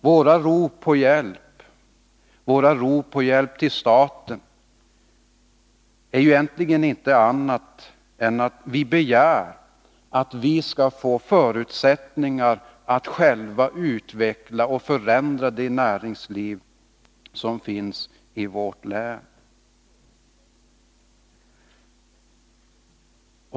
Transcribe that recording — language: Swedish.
Våra rop på hjälp till staten innebär egentligen ingenting annat än att vi begär att vi skall få förutsättningar att själva utveckla och förändra det näringsliv som finns i vårt län.